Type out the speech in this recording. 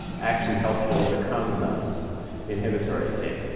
actually helps you overcome the inhibitory state.